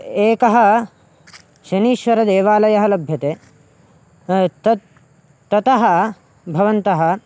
एकः शनीश्वरदेवालयः लभ्यते तत् ततः भवन्तः